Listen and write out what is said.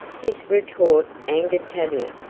this retort angered tavia,